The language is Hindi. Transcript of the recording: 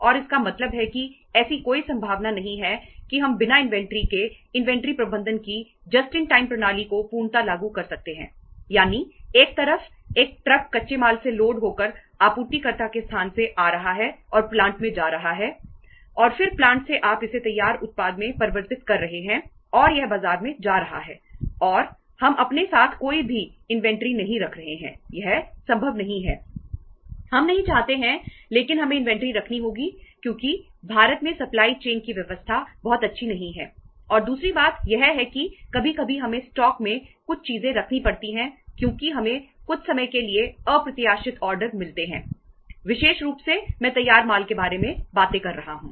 और फिर प्लांट से आप इसे तैयार उत्पाद में परिवर्तित कर रहे हैं और यह बाजार में जा रहा है और हम अपने साथ कोई भी इन्वेंटरी मिलते हैं विशेष रूप से मैं तैयार माल के बारे में बातें कर रहा हूं